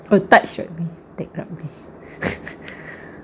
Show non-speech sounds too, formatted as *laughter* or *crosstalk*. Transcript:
oo touch rugby tag rugby *laughs*